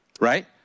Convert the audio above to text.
right